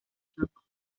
important